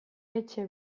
etxe